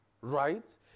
right